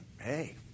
hey